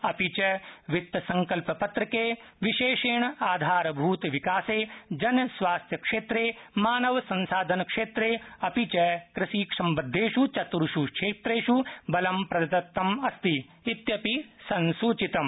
अपि च वितसंकल्पपत्रके विशेषेण आधारभूत विकासे जनस्वास्थ्यक्षेत्रे मानवसंसाधनक्षेत्रे अपि च कृषिसम्बद्धेषु चतुर्षु क्षेत्रेषु बलं दत्तम् अस्ति इत्यपि संसूचितम्